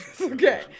Okay